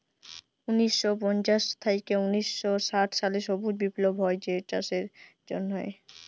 উনিশ শ পঞ্চাশ থ্যাইকে উনিশ শ ষাট সালে সবুজ বিপ্লব হ্যয় যেটচাষের জ্যনহে